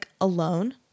alone